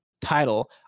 title